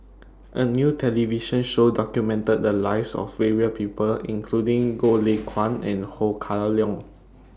A New television Show documented The Lives of various People including Goh Lay Kuan and Ho Kah Leong